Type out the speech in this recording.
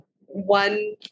one